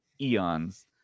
eons